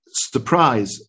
surprise